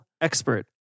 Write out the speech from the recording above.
expert